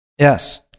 Yes